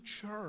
church